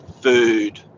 food